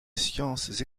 sciences